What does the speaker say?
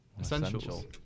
essentials